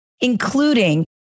including